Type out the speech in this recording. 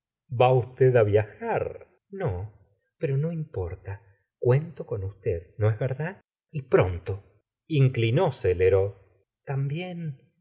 va usted á viajar no pero no importa cuento con usted no es verdad y pronto inclinóse lheureux también